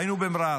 היינו במע'אר,